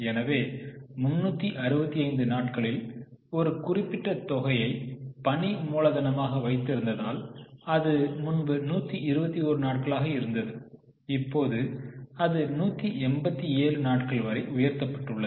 எனவே 365 நாட்களில் ஒரு குறிப்பிட்ட தொகையை பணி மூலதனமாக வைத்திருந்தால் அது முன்பு 121 நாட்களாக இருந்தது இப்போது அது 187 நாட்கள் வரை உயர்த்தப்பட்டுள்ளது